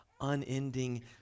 unending